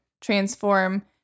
transform